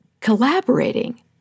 Collaborating